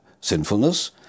sinfulness